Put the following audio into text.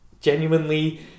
genuinely